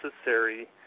necessary